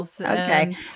Okay